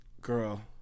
girl